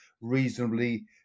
reasonably